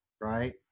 right